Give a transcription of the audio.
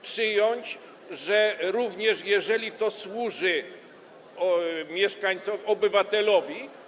Przyjąć, że również, jeżeli to służy mieszkańcom, obywatelowi.